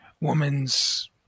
Woman's